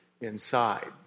inside